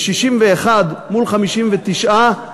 ב-61 מול 59,